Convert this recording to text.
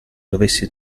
dovessi